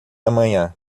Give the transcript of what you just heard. amanhã